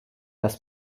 das